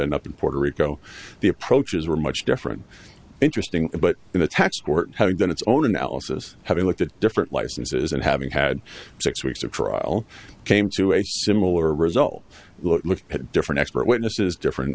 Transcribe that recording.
end up in puerto rico the approaches were much different interesting but in the tax court having done its own analysis having looked at different licenses and having had six weeks of trial came to a similar result looked at different expert witnesses different